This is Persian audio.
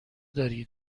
داری